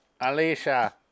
Alicia